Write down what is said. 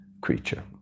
creature